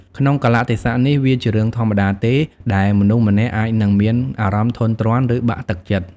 ក្នុងកាលៈទេសៈនេះ វាជារឿងធម្មតាទេដែលមនុស្សម្នាក់អាចនឹងមានអារម្មណ៍ធុញទ្រាន់ ឬបាក់ទឹកចិត្ត។